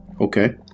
Okay